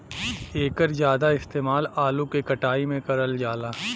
एकर जादा इस्तेमाल आलू के कटाई में करल जाला